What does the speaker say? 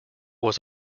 was